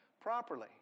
properly